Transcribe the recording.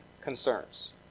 concerns